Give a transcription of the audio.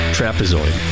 Trapezoid